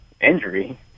injury